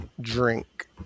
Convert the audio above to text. drink